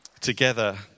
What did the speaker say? together